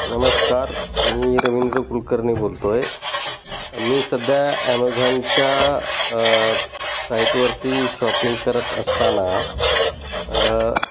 नमस्कार मी रवींद्र कुलकर्नी बोलतोय मी सध्या ॲमेझॉनच्या साइट वरती शॉपिंग करत असताना